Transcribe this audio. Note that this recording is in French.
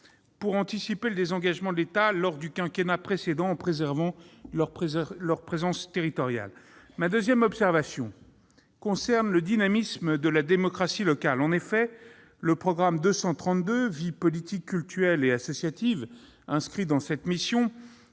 pour anticiper le désengagement de l'État lors du quinquennat précédent en préservant leur présence territoriale. La deuxième observation concerne le dynamisme de la démocratie locale. En effet, le programme 232, « Vie politique, cultuelle et associative », inscrit dans cette mission,